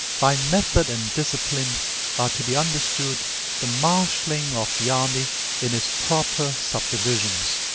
by method and discipline are to be understood the marshaling of the army in its proper subdivisions,